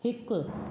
हिकु